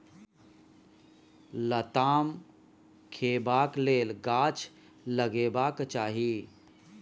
लताम खेबाक लेल गाछ लगेबाक चाही